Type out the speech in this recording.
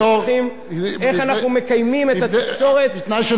בתנאי שנחזור לפלטפורמות שידור שהן זליגות.